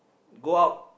go out